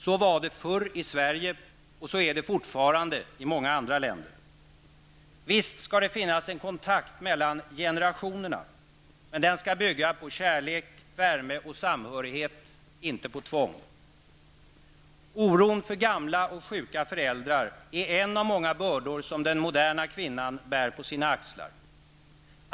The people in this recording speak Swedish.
Så var det förr i Sverige och så är det fortfarande i många andra länder. Visst skall det finnas en kontakt mellan generationerna. Men den skall bygga på kärlek, värme och samhörighet, inte på tvång. Oron för gamla och sjuka föräldrar är en av många bördor som den moderna kvinnan bär på sina axlar.